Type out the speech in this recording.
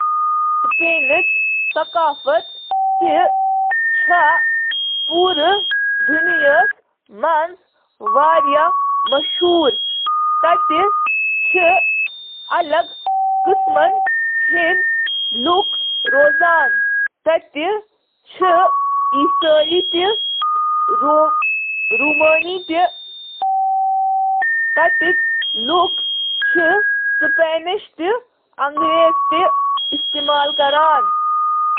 سپینُک ثقافت چُھ ایمکہِ مغربی اصل، یورپس منز باقی ثقافتن سٕتۍ امکہِ تعٲمل، ایمِچ تٲریخی طورس پیٹھ کیتھولک مذہبی روایت، تہٕ ملکس اندر مختلف قومی تہٕ علاقائی شناختو سٕتۍ متٲثر۔ اَتھ منٛز چھِ ادب، موسیقی، بصری فن، کھٮ۪نَن سۭتۍ سۭتۍ عصری رسم و رواج، عقیدٕ، ادارٕ تہٕ سمٲجی اصول شٲمِل۔